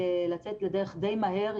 אפשר לצאת לדרך דיי מהר,